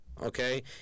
okay